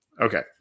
okay